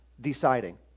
deciding